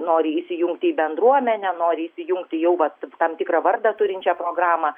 nori įsijungti į bendruomenę nori įsijungti jau kaip tam tikrą vardą turinčią programą